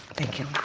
thank you,